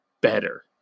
better